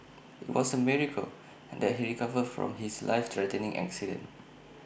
IT was A miracle that he recovered from his life threatening accident